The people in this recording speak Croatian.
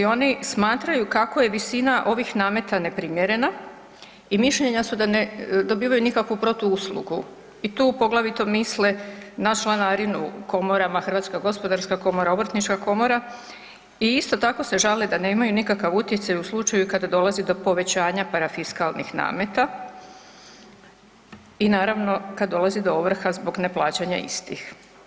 Oni smatraju kako je visina ovih nameta neprimjerena i mišljenja su da ne dobivaju nikakvu protuuslugu i tu poglavito misle na članarinu u komorama, Hrvatska gospodarska komora, Obrtnička komora i isto tako se žale da nemaju nikakav utjecaj u slučaju kada dolazi do povećanja parafiskalnih nameta i naravno kada dolazi do ovrha zbog neplaćanja istih.